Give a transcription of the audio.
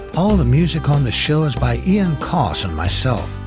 all the music on the show is by ian coss and myself,